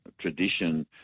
tradition